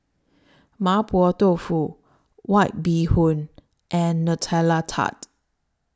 Mapo Tofu White Bee Hoon and Nutella Tart